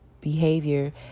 behavior